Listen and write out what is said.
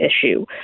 issue